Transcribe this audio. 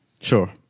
Sure